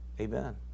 Amen